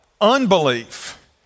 unbelief